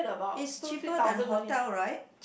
is cheaper than hotel right